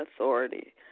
authority